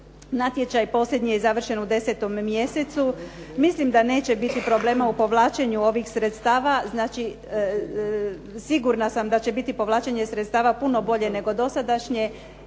natječaj posljednji je završen u 10. mjesecu. Mislim da neće biti problema u povlačenju ovih sredstava. Znači, sigurna sam da će biti povlačenje sredstava puno bolje nego dosadašnje